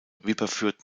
wipperfürth